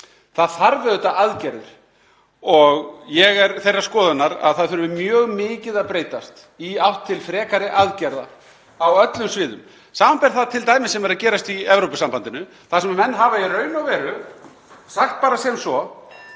Það þarf auðvitað aðgerðir. Ég er þeirrar skoðunar að það þurfi mjög mikið að breytast í átt til frekari aðgerða á öllum sviðum, samanber t.d. það sem er að gerast í Evrópusambandinu þar sem menn hafa í raun og veru sagt bara sem svo: